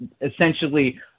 essentially